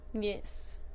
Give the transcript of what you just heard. Yes